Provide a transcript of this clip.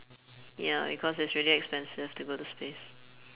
ya because it's really expensive to go to space